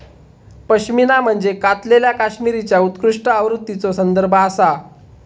पश्मिना म्हणजे कातलेल्या कश्मीरीच्या उत्कृष्ट आवृत्तीचो संदर्भ आसा